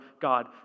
God